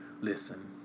Listen